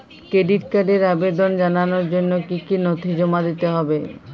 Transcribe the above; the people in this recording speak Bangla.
ক্রেডিট কার্ডের আবেদন জানানোর জন্য কী কী নথি জমা দিতে হবে?